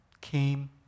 came